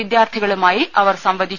വിദ്യാർത്ഥികളുമായി അവർ സംവദിച്ചു